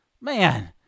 Man